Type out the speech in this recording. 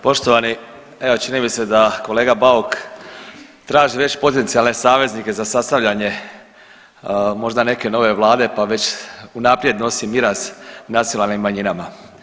Poštovani, evo čini mi se da kolega Bauk traži već potencijalne saveznike za sastavljanje možda neke nove vlade, pa već unaprijed nosi miraz nacionalnim manjinama.